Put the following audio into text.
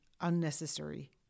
unnecessary